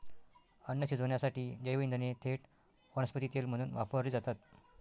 अन्न शिजवण्यासाठी जैवइंधने थेट वनस्पती तेल म्हणून वापरली जातात